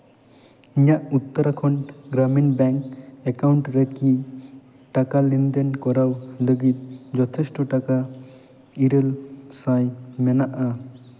ᱤᱧᱟᱹᱜ Uttarakhand Gramin bank account ᱨᱮ ᱠᱤ ᱴᱟᱠᱟ ᱞᱮᱱᱫᱮᱱ ᱠᱚᱨᱟᱣ ᱞᱟᱹᱜᱤᱫ ᱡᱚᱛᱷᱮᱥᱴᱚ ᱴᱟᱠᱟ ᱤᱨᱟᱹᱞ ᱥᱟᱭ ᱢᱮᱱᱟᱜᱼᱟ